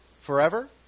forever